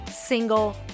single